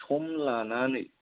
सम लानानै